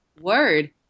Word